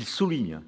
soulignent